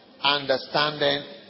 Understanding